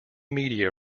media